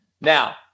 now